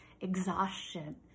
exhaustion